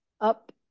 up